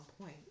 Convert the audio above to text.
point